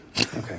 Okay